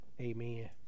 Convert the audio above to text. amen